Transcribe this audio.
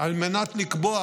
על מנת לקבוע